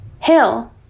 Hill